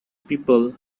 people